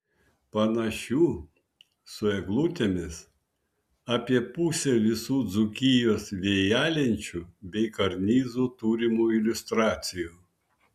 panašių su eglutėmis apie pusė visų dzūkijos vėjalenčių bei karnizų turimų iliustracijų